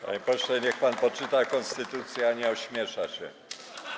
Panie pośle, niech pan poczyta konstytucję, a nie ośmiesza się.